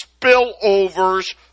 spillovers